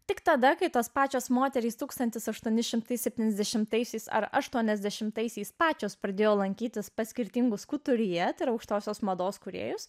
tik tada kai tos pačios moterys tūkstantis aštuoni šimtai septyniasdešimtaisiais ar aštuoniasdešimtaisiais pačios pradėjo lankytis pas skirtingus kuturjė ir aukštosios mados kūrėjus